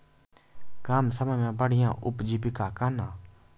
कम समय मे बढ़िया उपजीविका कहना?